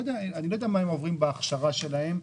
אני לא יודע מה הם עוברים בהכשרה שלהם,